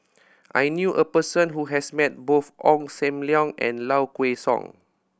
I knew a person who has met both Ong Sam Leong and Low Kway Song